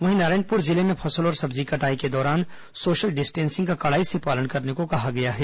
वहीं नारायणपुर जिले में फसल और सब्जी कटाई के दौरान सोशल डिस्टेंसिंग का कड़ाई से पालन करने को कहा गया है